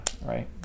right